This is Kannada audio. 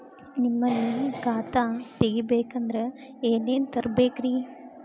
ನಿಮ್ಮಲ್ಲಿ ಖಾತಾ ತೆಗಿಬೇಕಂದ್ರ ಏನೇನ ತರಬೇಕ್ರಿ?